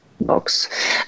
box